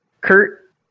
Kurt